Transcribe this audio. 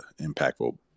impactful